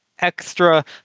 extra